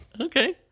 Okay